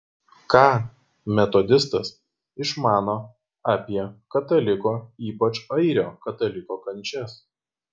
ką metodistas išmano apie kataliko ypač airio kataliko kančias